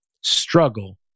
Struggle